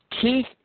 Keith